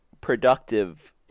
productive